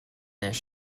this